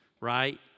right